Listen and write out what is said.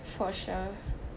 for sure